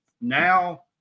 now